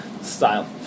style